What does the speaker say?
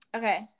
okay